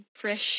fresh